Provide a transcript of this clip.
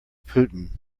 putin